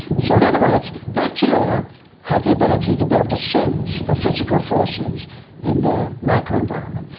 so in other words, bacteria have the ability to be able to sense the physical forces in their micro environment.